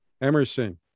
Emerson